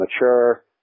mature